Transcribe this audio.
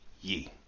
ye